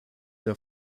der